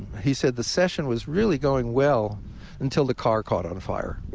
he said, the session was really going well until the car caught on fire.